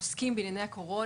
אבל הוא כן עוזר לנו ממחלה